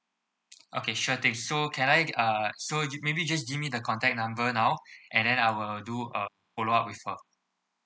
okay sure thing so can I uh so maybe just give me the contact number now and then I will do a follow up with her